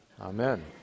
amen